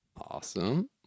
Awesome